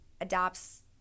adopts